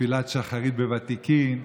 תפילת שחרית בוָתיקין.